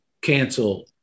cancel